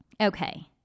Okay